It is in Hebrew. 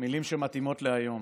מילים שמתאימות להיום.